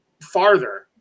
farther